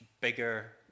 bigger